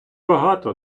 багато